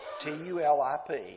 T-U-L-I-P